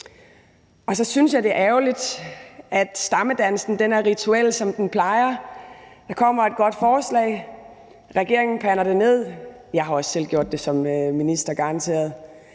Så synes jeg, det er ærgerligt, at stammedansen er rituel, som den plejer. Der kommer et godt forslag, regeringen pander det ned, og jeg har garanteret også selv gjort det som minister, men i det